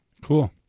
Cool